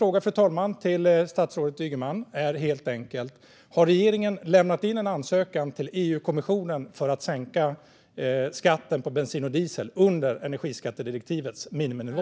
Min fråga till statsrådet Ygeman är helt enkelt: Har regeringen lämnat in en ansökan till EU-kommissionen för att sänka skatten på bensin och diesel under energiskattedirektivets miniminivå?